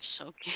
okay